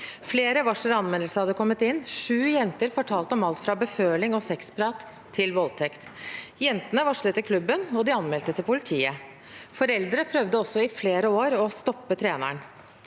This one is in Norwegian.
Flere varsler og anmeldelser hadde kommet inn. Sju jenter fortalte om alt fra beføling og sexprat til voldtekt. Jentene varslet til klubben, og de anmeldte til politiet. Foreldre prøvde også i flere år å stoppe treneren.